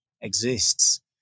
exists